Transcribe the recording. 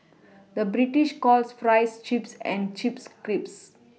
the British calls Fries Chips and Chips Crisps